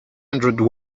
hundred